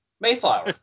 Mayflower